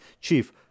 Chief